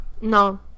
No